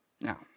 now